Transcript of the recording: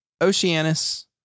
Oceanus